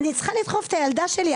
אני צריכה לדחוף את הילדה שלי.